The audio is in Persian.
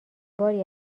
باری